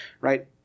right